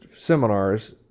seminars